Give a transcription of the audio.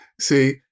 See